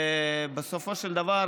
בסופו של דבר,